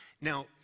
Now